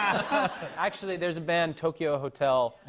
actually, there's a band, tokyo hotel,